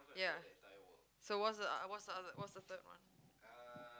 yeah so what's the ot~ what's the other waht's the third one